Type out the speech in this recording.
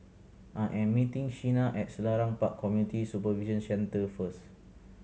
I am meeting Sheena at Selarang Park Community Supervision Centre first